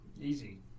easy